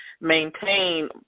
maintain